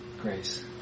grace